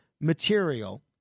material